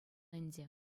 ӗнтӗ